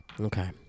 Okay